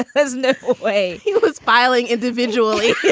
there's no way he was filing individually